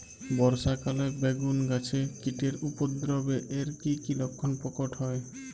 বর্ষা কালে বেগুন গাছে কীটের উপদ্রবে এর কী কী লক্ষণ প্রকট হয়?